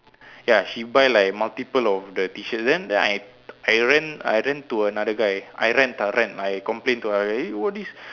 ya she buy like multiple of the T-shirts then then I I rant I rant to another guy I rant ah rant I complain to the other eh why this